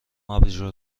آبجو